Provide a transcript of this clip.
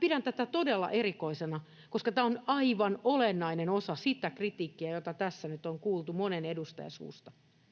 Pidän tätä todella erikoisena, koska tämä on aivan olennainen osa sitä kritiikkiä, jota tässä nyt on kuultu monen edustajan suusta.